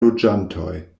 loĝantoj